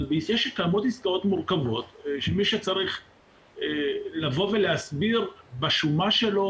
אבל מזה שקיימות עסקאות מורכבות שמי שצריך לבוא ולהסביר בשומה שלו